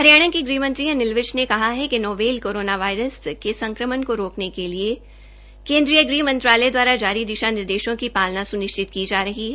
हरियाणा के गृहमंत्री अनिल विज ने कहा है कि नोवेल कोरोना वायरस के संक्रमण को रोकने के लिए केन्द्रीय ग़ह मंत्रालय दवारा जारी दिशा निर्देशों की पालना स्निश्चित की जा रही है